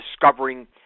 discovering